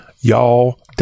Y'all